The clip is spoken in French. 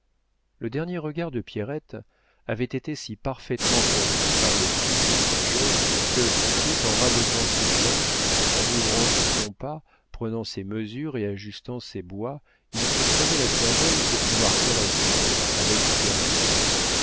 le dernier regard de pierrette avait été si parfaitement compris par le fils du major que tout en rabotant ses planches en ouvrant son compas prenant ses mesures et ajustant ses bois il se creusait la cervelle pour pouvoir correspondre avec